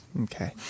Okay